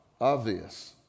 obvious